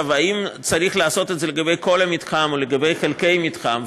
האם צריך לעשות את זה לגבי כל המתחם או לגבי חלקי מתחם,